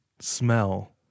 smell